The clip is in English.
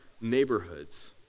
neighborhoods